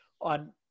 on